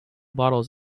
bottles